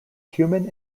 human